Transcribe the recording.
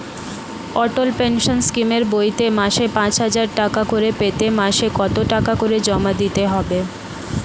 অটল pension স্কিমের বইতে মাসে পাঁচ হাজার টাকা করে পেতে মাসে কত টাকা করে জমা দিতে হবে?